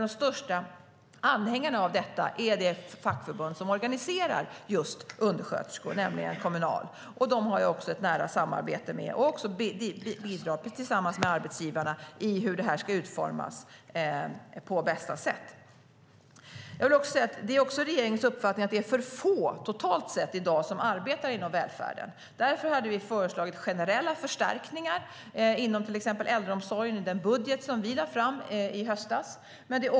De största anhängarna av detta är det fackförbund som organiserar just undersköterskor, nämligen Kommunal. Dem har jag också ett nära samarbete med. Det sker också ett samarbete med arbetsgivarna om hur detta ska utformas på bästa sätt. Det är också regeringens uppfattning att det totalt sett är för få som i dag arbetar inom välfärden. Därför hade vi föreslagit generella förstärkningar inom till exempel äldreomsorgen i den budget som vi lade fram i höstas.